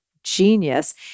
genius